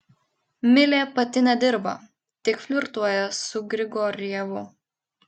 milė pati nedirba tik flirtuoja su grigorjevu